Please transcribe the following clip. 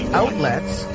outlets